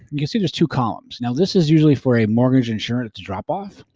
you can see there's two columns. now this is usually for a mortgage insurance drop off.